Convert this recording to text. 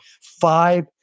five